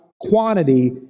quantity